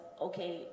okay